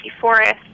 Forest